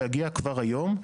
להגיע כבר היום.